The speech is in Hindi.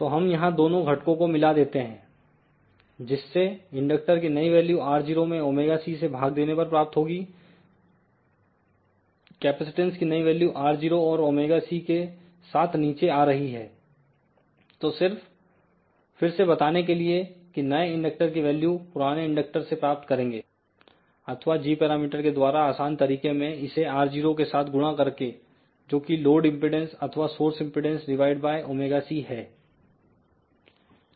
तो हम यहां दोनों घटकों को मिला देते हैं जिससे इंडक्टर की नई वैल्यू R0 में ωc से भाग देने पर प्राप्त होगीकैपेसिटेंस की नई वैल्यू R0 और ωc के साथ नीचे आ रही है तो सिर्फ फिर से बताने के लिए कि नए इंडक्टर की वैल्यू पुराने इंडक्टर से प्राप्त करेंगे अथवा g पैरामीटर के द्वारा आसान तरीके में इसे R0 के साथ गुणा करके जोकि लोड इंपेडेंस अथवा source impedance divide by ωc है